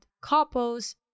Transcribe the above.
couples